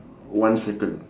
one circle